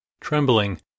Trembling